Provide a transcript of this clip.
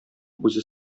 үзе